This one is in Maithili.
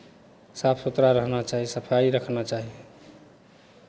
साफ सुथरा रहना चाही सफाइ रखना चाही